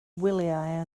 wyliau